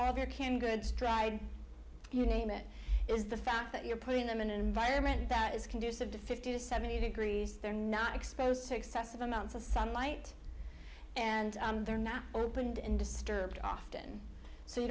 our there can good stride you name it is the fact that you're putting them in an environment that is conducive to fifty to seventy degrees they're not exposed to excessive amounts of sunlight and they're not opened and disturbed often so you